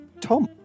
tom